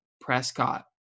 Prescott